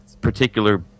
particular